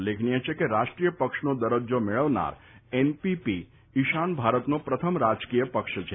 ઉલ્લેખનીય છે કે રાષ્ટ્રીય પક્ષનો દરજ્જો મેળવનાર એનપીપી ઈશાન ભારતનો પ્રથમ રાજકીયપક્ષ છે